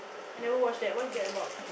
I never watch that what's that about